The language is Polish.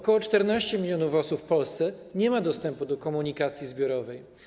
Ok. 14 mln osób w Polsce nie ma dostępu do komunikacji zbiorowej.